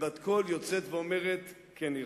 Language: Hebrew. ובת קול יוצאת ואומרת "כן ירבה".